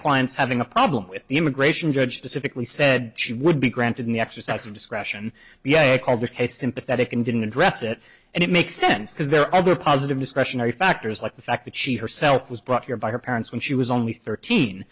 clients having a problem with the immigration judge pacifically said she would be granted in the exercise of discretion yeah called the case sympathetic and didn't address it and it makes sense because there are other positive discretionary factors like the fact that she herself was brought here by her parents when she was only thirteen